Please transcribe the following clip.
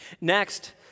Next